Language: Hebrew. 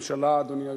ממשלה, אדוני היושב-ראש,